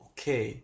Okay